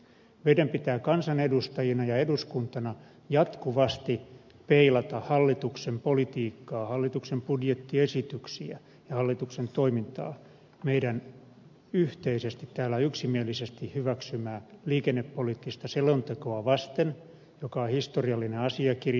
meidän pitää kansanedustajina ja eduskuntana jatkuvasti peilata hallituksen politiikkaa hallituksen budjettiesityksiä ja hallituksen toimintaa meidän täällä yhteisesti yksimielisesti hyväksymäämme liikennepoliittista selontekoa vasten joka on historiallinen asiakirja